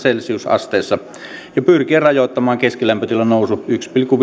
celsiusasteessa ja pyrkiä rajoittamaan keskilämpötilan nousu yhteen pilkku